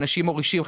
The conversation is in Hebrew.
ואנשים מורישים,